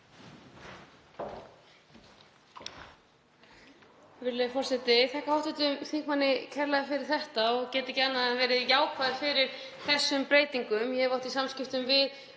forseti. Ég þakka hv. þingmanni kærlega fyrir þetta og get ekki annað en verið jákvæð fyrir þessum breytingum. Ég hef átt í samskiptum við